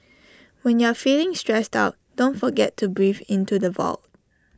when you are feeling stressed out don't forget to breathe into the void